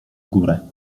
górę